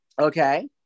okay